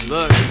Look